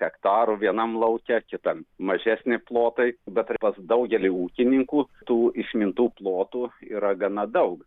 hektarų vienam lauke kitam mažesni plotai bet ir pas daugelį ūkininkų tų išmintų plotų yra gana daug